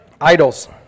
Idols